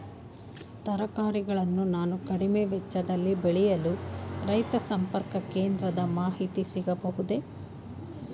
ತರಕಾರಿಗಳನ್ನು ನಾನು ಕಡಿಮೆ ವೆಚ್ಚದಲ್ಲಿ ಬೆಳೆಯಲು ರೈತ ಸಂಪರ್ಕ ಕೇಂದ್ರದ ಮಾಹಿತಿ ಸಿಗಬಹುದೇ?